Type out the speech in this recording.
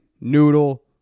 noodle